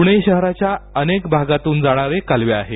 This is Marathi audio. पुणे शहराच्या अनेक भागातून जाणारे कालवे आहेत